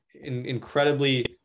incredibly